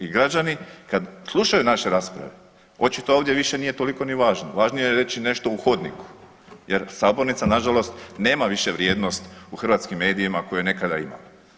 I građani kad slušaju naše rasprave očito ovdje više nije toliko ni važno, važnije je reći nešto u hodniku jer sabornica nažalost nema više vrijednost u hrvatskim medijima koje je nekada imala.